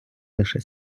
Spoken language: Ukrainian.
лише